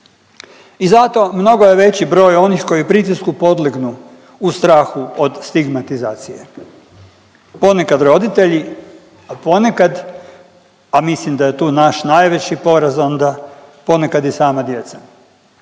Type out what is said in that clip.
I zato, mnogo je veći broj onih koji pritisku podlegnu u strahu od stigmatizacije. Ponekad roditelji, ponekad, a mislim da je tu naš najveći poraz onda, ponekad i sama djeca,